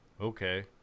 okay